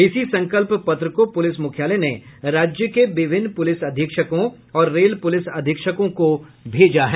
इसी संकल्प पत्र को पुलिस मुख्यालय ने राज्य के विभिन्न पुलिस अधीक्षकों और रेल पुलिस अधीक्षकों भेजा है